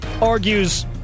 argues